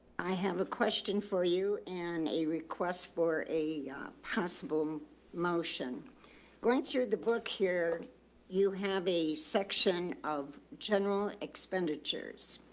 i have a question for you and a request for a possible motion going through the block here you have a section of general expenditures,